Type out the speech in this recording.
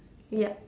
ya